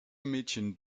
mädchen